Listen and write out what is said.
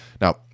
Now